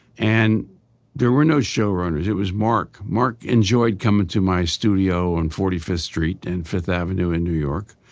and there were no show runners. it was mark. mark enjoyed coming to my studio on forty fifth street and fifth avenue in new york.